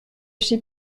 chez